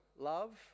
love